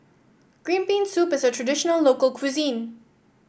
Green Bean Soup is a traditional local cuisine